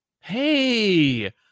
Hey